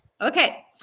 Okay